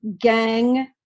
gang